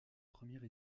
première